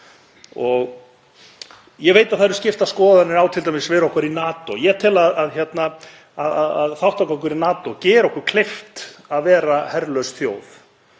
Ég veit að það eru skiptar skoðanir á t.d. veru okkar í NATO. Ég tel að þátttaka okkar í NATO geri okkur kleift að vera herlaus þjóð